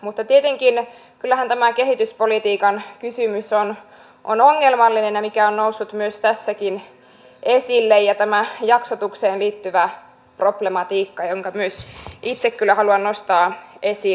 mutta tietenkin kyllähän tämä kehityspolitiikan kysymys on ongelmallinen ja mikä on noussut tässäkin esille on tämä jaksotukseen liittyvä problematiikka jonka myös itse kyllä haluan nostaa esille